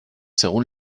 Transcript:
según